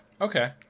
Okay